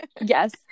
Yes